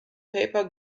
paper